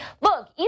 look